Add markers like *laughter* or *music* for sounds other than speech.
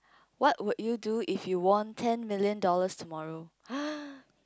what would you do if you won ten million dollars tomorrow *noise*